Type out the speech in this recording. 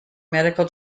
medical